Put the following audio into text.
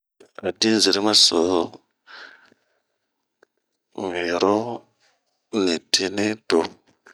A din zeremi so un yaro ni tini too.